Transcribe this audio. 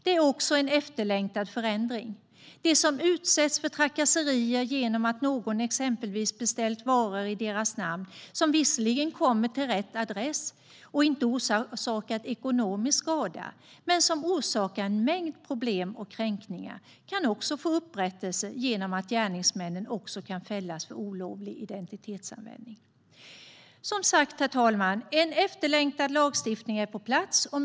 Det är också en efterlängtad förändring. De som utsätts för trakasserier exempelvis genom att någon beställer varor i deras namn, som visserligen kommer till rätt adress och inte orsakar ekonomisk skada men som orsakar en mängd problem och kränkningar, kan få upprättelse genom att gärningsmännen också kan fällas för olovlig identitetsanvändning. Herr talman! En efterlängtad lagstiftning är som sagt på plats.